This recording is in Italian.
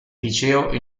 liceo